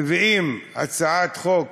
מביאים הצעת חוק